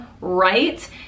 right